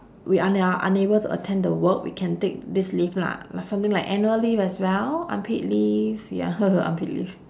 we ar~ are unable to attend the work we can take this leave lah like something like annual leave as well unpaid leave ya unpaid leave